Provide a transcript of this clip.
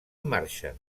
marxen